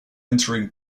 entering